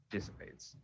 Dissipates